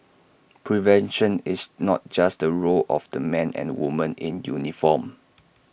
prevention is not just the role of the men and women in uniform